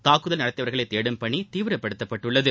தாக்குதல் நடத்தியவர்களை தேடும் பணி தீவிரப்படுத்தப்பட்டுள்ளது